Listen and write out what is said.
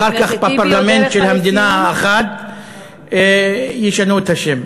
אחר כך בפרלמנט של המדינה האחת ישנו את השם.